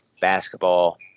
basketball